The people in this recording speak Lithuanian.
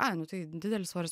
ai nu tai didelis svoris